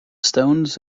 stones